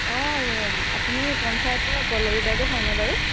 অ আপুনি পঞ্চায়তৰ পল্লবী বাইদেউ হয়নে বাৰু